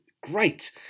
great